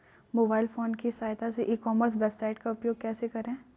Mobile phone की सहायता से ई कॉमर्स वेबसाइट का उपयोग कैसे करें?